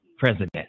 president